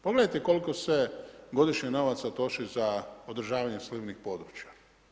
Pogledajte koliko se godišnje novaca troši za održavanje slivnih područja.